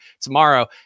tomorrow